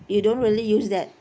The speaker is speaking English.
you don't really use that